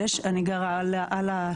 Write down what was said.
אז יש, אני גרה על הצומת.